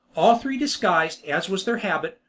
all three disguised, as was their habit,